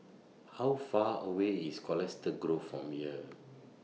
How Far away IS Colchester Grove from here